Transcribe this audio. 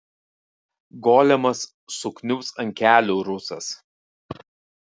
golemas sukniubs ant kelių rusas